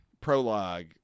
prologue